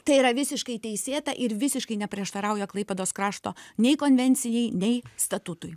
tai yra visiškai teisėta ir visiškai neprieštarauja klaipėdos krašto nei konvencijai nei statutui